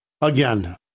again